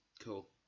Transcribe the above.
Cool